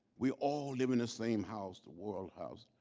we all live in the same house the world house.